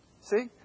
See